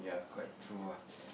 quite true ah